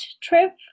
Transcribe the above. trip